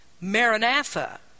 maranatha